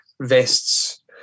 vests